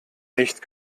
nicht